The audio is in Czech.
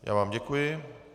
Já vám děkuji.